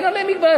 אין עליהם מגבלה.